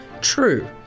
True